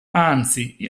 anzi